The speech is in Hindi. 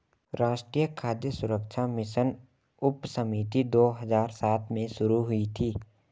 राष्ट्रीय खाद्य सुरक्षा मिशन उपसमिति दो हजार सात में शुरू हुई थी